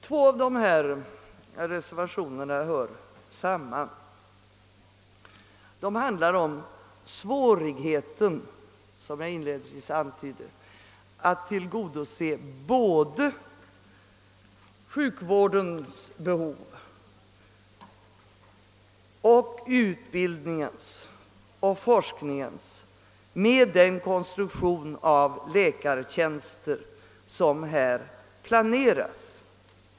Två av dessa reservationer hör samman och handlar om svårigheten att tillgodose sjukvårdens behov samt utbildningens och forskningens med den konstruktion av läkartjänsterna som här «planeras.